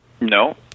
No